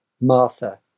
Martha